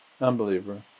unbeliever